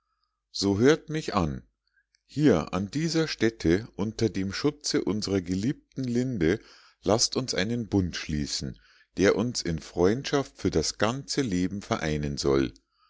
so hört mich an hier an dieser stätte unter dem schutze unsrer geliebten linde laßt uns einen bund schließen der uns in freundschaft für das ganze leben vereinen soll